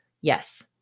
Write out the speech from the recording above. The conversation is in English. yes